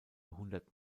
hundert